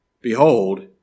Behold